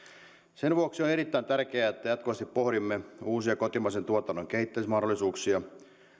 sen vuoksi on erittäin tärkeää että jatkuvasti pohdimme uusia kotimaisen tuotannon kehittämismahdollisuuksia